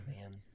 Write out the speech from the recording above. man